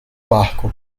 barco